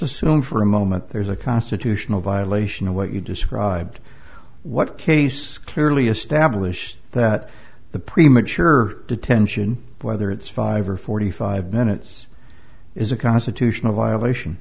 assume for a moment there's a constitutional violation of what you described what case clearly established that the premature detention whether it's five or forty five minutes is a constitutional violation